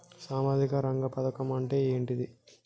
సామాజిక రంగ పథకం అంటే ఏంటిది?